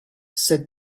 said